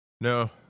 No